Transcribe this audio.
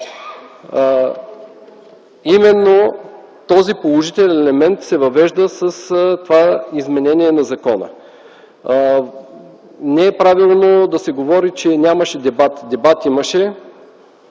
Именно този положителен елемент се въвежда с това изменение на закона. Не е правилно да се говори, че нямаше дебат. Дебат имаше.